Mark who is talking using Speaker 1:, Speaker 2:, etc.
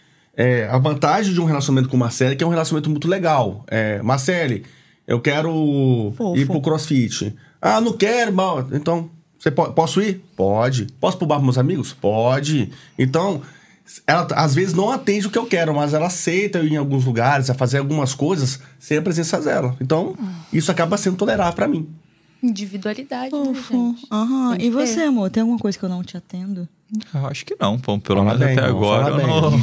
Speaker 1: É, a vantagem de um relacionamento com Marcele é que é um relacionamento muito legal. É, "Marcele, eu quero
Speaker 2: Fofa.
Speaker 1: ir pro crossfit." "Ah, não quero, irmão." "Então, você po- posso ir?" "Pode." "Posso pro bar com meus amigos?" "Pode." Então, s- ela, t- às vezes, não atende o que eu quero, mas ela aceita eu ir em alguns lugares, a fazer algumas coisas sem a presença dela. Então,
Speaker 2: Ah.
Speaker 1: isso acaba sendo tolerável pra mim.
Speaker 2: Individualidade, né,
Speaker 3: Fofa.
Speaker 2: gente?
Speaker 3: Aham.
Speaker 2: Tem
Speaker 3: E
Speaker 2: que ter.
Speaker 3: você, amor? Tem alguma coisa que eu não te atendo?
Speaker 4: Eu acho que não, pô. Pelo
Speaker 1: Fala
Speaker 4: menos
Speaker 1: bem,
Speaker 4: até
Speaker 1: irmão.
Speaker 4: agora
Speaker 1: Fala
Speaker 4: eu
Speaker 1: bem.
Speaker 4: não-